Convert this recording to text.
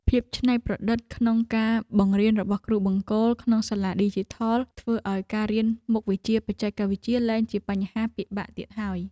ភាពច្នៃប្រឌិតក្នុងការបង្រៀនរបស់គ្រូបង្គោលក្នុងសាលាឌីជីថលធ្វើឱ្យការរៀនមុខវិជ្ជាបច្ចេកវិទ្យាលែងជាបញ្ហាពិបាកទៀតហើយ។